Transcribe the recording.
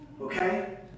Okay